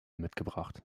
mitgebracht